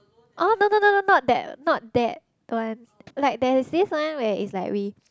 oh no no no not that not that one like there is this one where it's like we